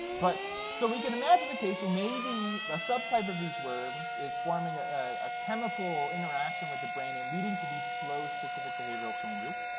but so we can imagine the case where maybe a subtype of these worms is forming ah a a chemical interaction with the brain and leading to these slow, specific behavioral changes.